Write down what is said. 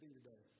today